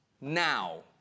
now